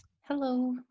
Hello